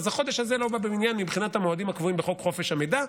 אז החודש הזה לא בא במניין מבחינת המועדים הקבועים בחוק חופש המידע,